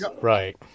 Right